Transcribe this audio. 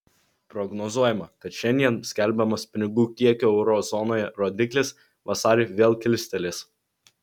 prognozuojama kad šiandien skelbiamas pinigų kiekio euro zonoje rodiklis vasarį vėl kilstelės